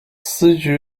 司职